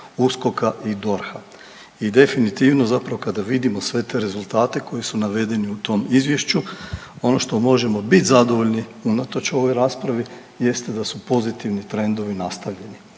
USKOK-a i DORH-a i definitivno kada vidimo sve te rezultate koji su navedeni u tom izvješću ono što možemo bit zadovoljni unatoč ovoj raspravi jeste da su pozitivni trendovi nastavljeni,